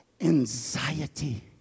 anxiety